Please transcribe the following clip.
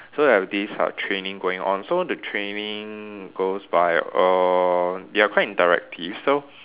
so they have this uh training going on so the training goes by err they are quite interactive so